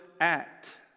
act